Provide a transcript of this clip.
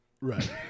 Right